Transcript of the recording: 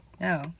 no